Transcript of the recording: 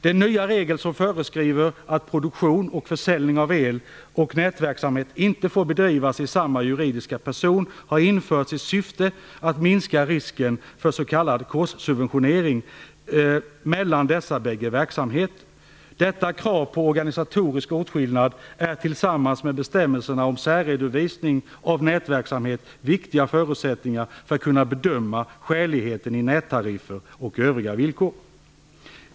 Den nya regel som föreskriver att produktionen av el och nätverksamhet inte får bedrivas i samma juridiska person har införts i syfte att minska risken för s.k. korssubventionering mellan dessa bägge verksamheter. Detta krav på organisatorisk åtskillnad är tillsammans med bestämmelserna om särredovisning av nätverksamhet viktiga förutsättningar för att kunna bedöma skäligheten i nättariffer och övriga villkor.